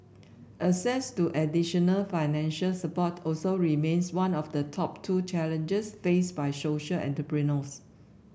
access to additional financial support also remains one of the top two challenges face by social entrepreneurs